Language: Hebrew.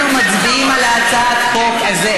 אנחנו מצביעים על הצעת החוק הזאת.